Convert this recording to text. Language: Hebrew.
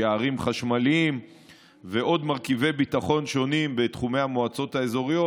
שערים חשמליים ועוד מרכיבי ביטחון שונים בתחומי המועצות האזוריות,